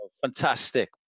fantastic